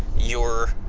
your